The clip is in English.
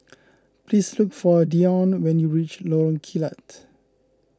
please look for Deion when you reach Lorong Kilat